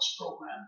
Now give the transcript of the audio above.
program